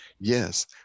yes